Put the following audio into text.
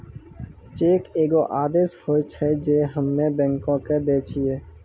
cheque एगो आदेश होय छै जे हम्मे बैंको के दै छिये